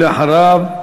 ואחריו,